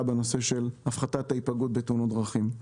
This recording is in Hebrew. בנושא של הפחתת ההיפגעות בתאונות דרכים.